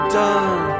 done